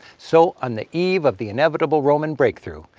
so, on the eve of the inevitable roman breakthrough,